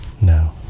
No